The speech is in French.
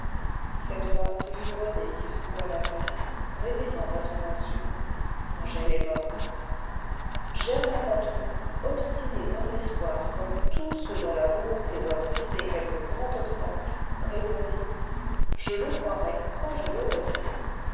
cette fois ce fut rené qui secoua la tête répétant à son insu angèle est morte germain patou obstiné dans l'espoir comme tous ceux dont la volonté doit briser quelque grand obstacle répondit je le croirai quand je l'aurai vu